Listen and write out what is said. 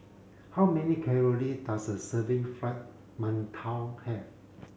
how many calorie does a serving fried mantou have